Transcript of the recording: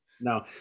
No